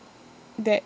that